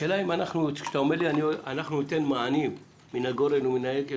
השאלה אם כשאתה אומר לי אנחנו ניתן מענה מן הגורן ומן היקב